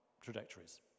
trajectories